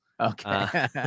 Okay